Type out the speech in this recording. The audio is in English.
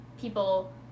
people